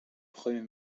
premier